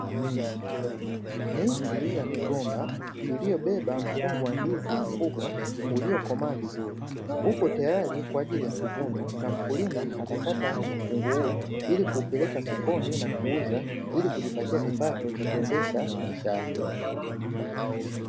Miti ya migomba iliyobeba mikungu ya ndizi mikubwa uliokomaa vizuri, upotayari kuvunwa kwa ajili ya kuvunwa na mkulima atakata mkungu huu, nakuupeleka sokoni kuuza, ilikujipatia kipato cha kuendesha maisha yake.